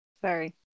Sorry